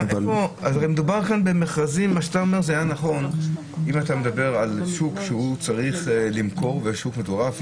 אם אתה מדבר על שוק שצריך למכור ושוק מטורף,